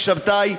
כוכי שבתאי,